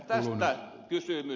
tästä kysymys